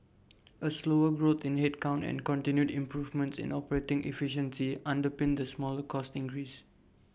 A slower growth in headcount and continued improvements in operating efficiency underpinned the smaller cost increase